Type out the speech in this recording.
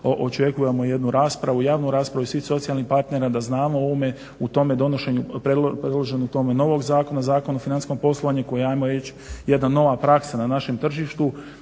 očekujemo jednu raspravu, javnu raspravu i svih socijalnih partnera da znamo u ovome u tome donošenju, predloženo u tome novog zakona, Zakona o financijskom poslovanju koje je ajmo reći jedna nova praksa na našem tržištu